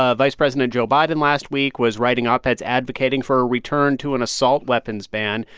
ah vice president joe biden last week was writing op-eds advocating for a return to an assault weapons ban.